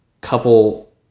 couple